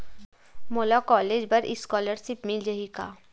मोला कॉलेज बर स्कालर्शिप मिल जाही का?